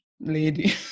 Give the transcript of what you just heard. lady